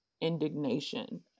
indignation